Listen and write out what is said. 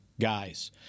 guys